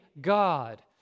God